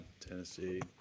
Tennessee